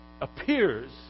appears